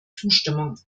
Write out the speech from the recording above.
zustimmung